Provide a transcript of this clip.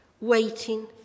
Waiting